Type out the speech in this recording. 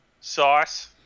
sauce